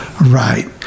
Right